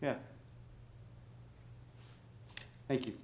yeah thank you